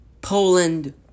...Poland